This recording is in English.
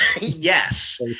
yes